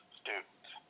students